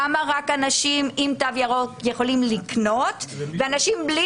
למה רק אנשים עם תו ירוק יכולים לקנות ואנשים בלי